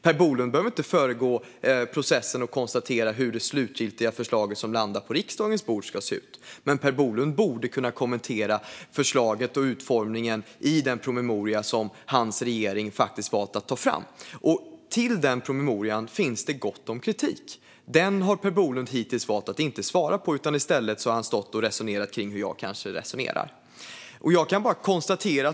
Per Bolund behöver inte föregå processen och konstatera hur det slutgiltiga förslaget som landar på riksdagens bord ska se ut. Men Per Bolund borde kunna kommentera förslaget och utformningen i den promemoria som regeringen valt att ta fram. Mot denna promemoria finns det gott om kritik, men den har Per Bolund hittills valt att inte svara på. I stället har han resonerat kring hur jag kanske resonerar.